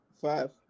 Five